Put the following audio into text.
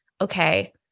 okay